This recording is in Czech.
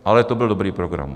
Ale to byl dobrý program.